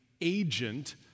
agent